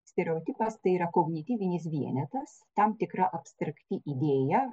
stereotipas tai yra kognityvinis vienetas tam tikra abstrakti idėja